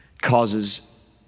causes